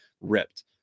ripped